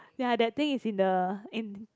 ya that thing is in the in